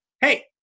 Hey